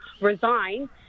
resign